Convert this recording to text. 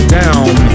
down